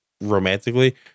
romantically